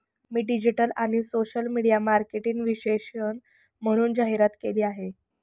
मी digital आणि social media marketing विशेषज्ञ म्हणून जाहिरात केली आहे